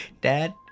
Dad